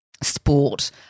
sport